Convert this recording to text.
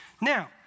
Now